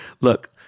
Look